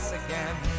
again